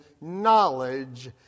knowledge